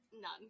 None